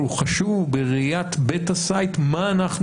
אבל הוא חשוב בראיית בטא-סייט מה אנחנו